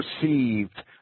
perceived